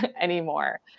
anymore